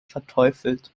verteufelt